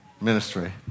ministry